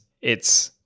it's-